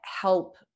help